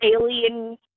alien